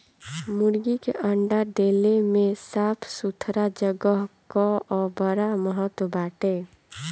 मुर्गी के अंडा देले में साफ़ सुथरा जगह कअ बड़ा महत्व बाटे